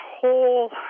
whole